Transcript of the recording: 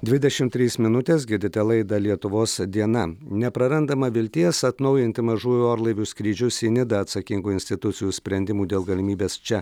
dvidešimt trys minutės girdite laidą lietuvos diena neprarandama vilties atnaujinti mažųjų orlaivių skrydžius į nidą atsakingų institucijų sprendimų dėl galimybės čia